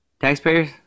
Taxpayers